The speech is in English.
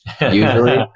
usually